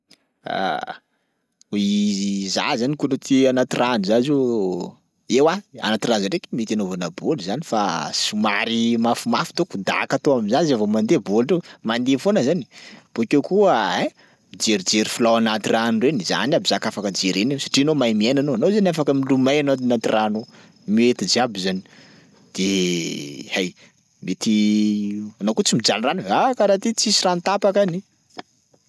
Aah za zany ko olo ty anaty rano za zao eoa anaty rano zany ndraiky mety anaovana bôly zany fa somary mafimafy taoko daka atao am'zany zay vao mandeha bôly io mandeha foana zany, bôkeo koa aay! mijerijery filao anaty rano reny zany aby zaka afaka jerena eo satria anao mahay miaina anao, anao zeny afaka milomay anao anaty rano ao, mety jiaby zany de hay! Mety anao koa tsy mijaly rano e, ah karaha ty tsisy rano tapaka any